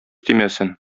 тимәсен